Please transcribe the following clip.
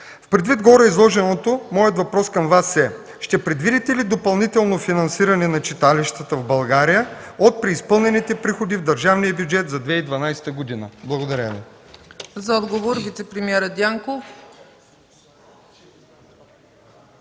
Предвид гореизложеното, моят въпрос към Вас е: ще предвидите ли допълнително финансиране на читалищата в България от преизпълнените приходи в държавния бюджет за 2012 г.? Благодаря Ви.